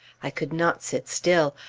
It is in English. i could not sit still.